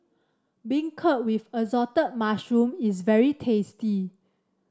beancurd with Assorted Mushrooms is very tasty